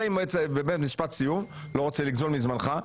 משפט סיום, לא רוצה לגזול מזמנך.